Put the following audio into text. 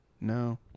No